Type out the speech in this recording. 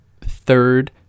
third